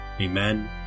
Amen